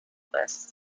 this